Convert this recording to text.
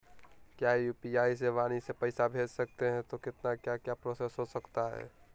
क्या यू.पी.आई से वाणी से पैसा भेज सकते हैं तो कितना क्या क्या प्रोसेस हो सकता है?